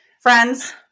Friends